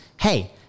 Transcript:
hey